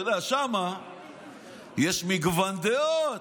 אתה יודע, שם יש מגוון דעות.